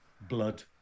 Blood